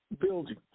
building